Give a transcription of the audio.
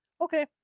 Okay